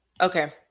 Okay